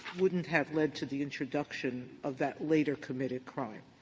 wouldn't have led to the introduction of that later-committed crime.